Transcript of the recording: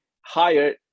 higher